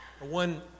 one